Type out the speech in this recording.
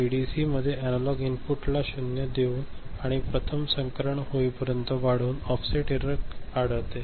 एडीसीमध्ये analogue इनपुटला शून्य देऊन आणि प्रथम संक्रमण होईपर्यंत वाढवून ऑफसेट एरर आढळते